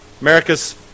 America's